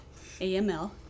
AML